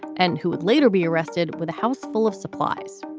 and who would later be arrested with a houseful of supplies.